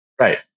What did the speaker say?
right